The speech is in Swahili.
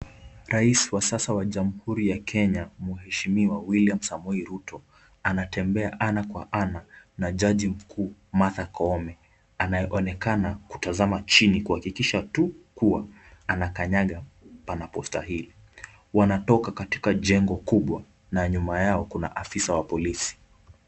Rais wa sasa wa jamuhuri ya Kenya, Mheshimiwa William Samoei Ruto, anatembea ana kwa ana na jaji mkuu Martha Koome anayeonekana kutazama chini, kuhakikisha tu kuwa anakanyaga panapostahili. Wanatoka katika jengo kubwa na nyuma yao, kuna afisa wa polisi.